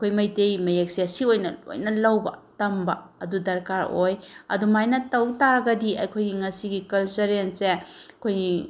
ꯑꯩꯈꯣꯏ ꯃꯩꯇꯩ ꯃꯌꯦꯛꯁꯦ ꯁꯤ ꯑꯣꯏꯅ ꯂꯣꯏꯅ ꯂꯧꯕ ꯇꯝꯕ ꯑꯗꯨ ꯗꯔꯀꯥꯔ ꯑꯣꯏ ꯑꯗꯨꯃꯥꯏꯅ ꯇꯧ ꯇꯥꯔꯒꯗꯤ ꯑꯩꯈꯣꯏꯒꯤ ꯉꯁꯤꯒꯤ ꯀꯜꯆꯔꯦꯜꯁꯦ ꯑꯩꯈꯣꯏꯒꯤ